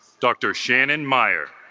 dr. shannon meyer